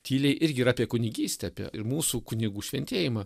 tyliai irgi yra apie kunigystę apie ir mūsų kunigų šventėjimą